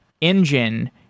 engine